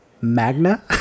magna